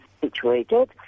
situated